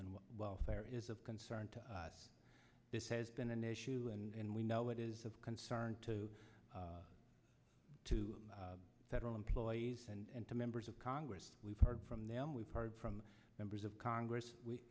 and welfare is of concern to us this has been an issue and we know it is of concern to to federal employees and to members of congress we've heard from them we've heard from members of congress we